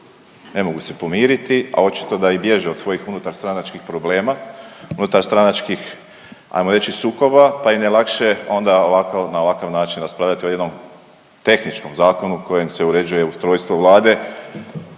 ne mogu se pomiriti, a očito da i bježe od svojih unutarstranačkih problema, unutarstranačkih ajmo reći sukoba, pa im je lakše onda na ovakav način raspravljati o jednom tehničkom zakonu kojim se uređuje ustrojstvo Vlade